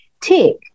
tick